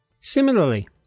Similarly